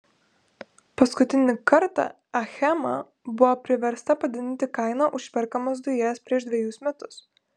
paskutinį kartą achema buvo priversta padidinti kainą už perkamas dujas prieš dvejus metus